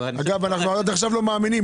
אגב, אנחנו עד עכשיו לא מאמינים.